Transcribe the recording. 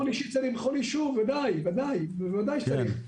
בוודאי שצריך.